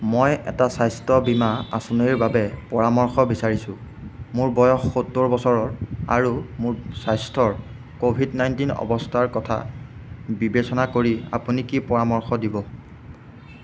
মই এটা স্বাস্থ্য বীমা আঁচনিৰ বাবে পৰামৰ্শ বিচাৰিছোঁ মোৰ বয়স সত্তৰ বছৰৰ আৰু মোৰ স্বাস্থ্যৰ ক'ভিড নাইটিন অৱস্থাৰ কথা বিবেচনা কৰি আপুনি কি পৰামৰ্শ দিব